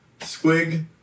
squig